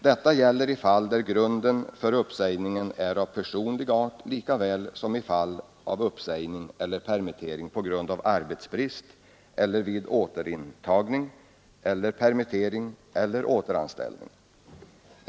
Detta gäller i fall där grunden för uppsägningen är av personlig art lika väl som i fall av uppsägning eller permittering på grund av arbetsbrist eller vid återintagning efter permittering eller återanställning.